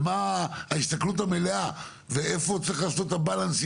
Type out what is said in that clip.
ומה ההסתכלות המלאה ואיפה צריך לעשות את הבלנסים